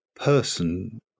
person